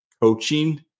coaching